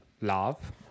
Love